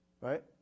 right